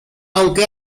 aunque